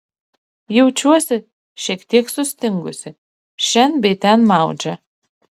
jaučiuosi šiek tiek sustingusi šen bei ten maudžia